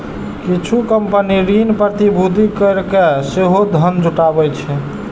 किछु कंपनी ऋण प्रतिभूति कैरके सेहो धन जुटाबै छै